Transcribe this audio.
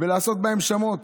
ולעשות בהם שמות.